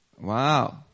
Wow